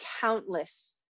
countless